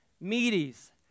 Medes